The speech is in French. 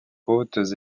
hautes